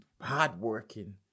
hardworking